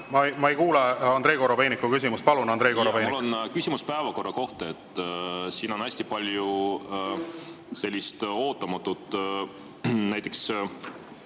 Ma ei kuule Andrei Korobeiniku küsimust. Palun, Andrei Korobeinik! Mul on küsimus päevakorra kohta. Siin on hästi palju sellist ootamatut, näiteks